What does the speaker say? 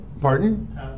pardon